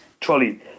trolley